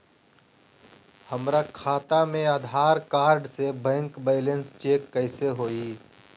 हमरा खाता में आधार कार्ड से बैंक बैलेंस चेक कैसे हुई?